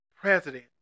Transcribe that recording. president